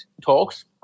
talks